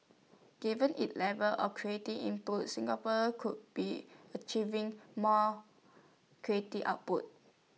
given its level of creative input Singapore could be achieving more creative outputs